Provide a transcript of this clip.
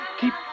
keep